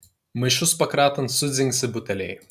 maišus pakratant sudzingsi buteliai